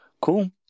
Cool